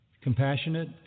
compassionate